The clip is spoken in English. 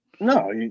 No